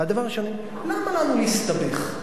והדבר השני, למה לנו להסתבך?